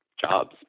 jobs